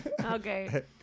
Okay